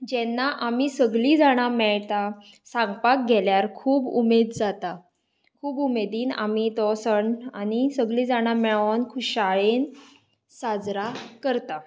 जेन्ना आमी सगलीं जाणां मेळटा सांगपाक गेल्यार खूब उमेद जाता खूब उमेदीन आमी तो सण आनी सगलीं जाणां मेळून खुशालकायेन साजरो करता